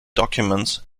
documents